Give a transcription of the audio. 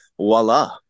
voila